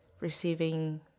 receiving